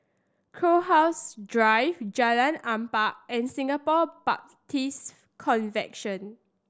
Crowhurst Drive Jalan Ampang and Singapore Baptist Convention